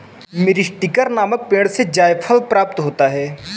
मीरीस्टिकर नामक पेड़ से जायफल प्राप्त होता है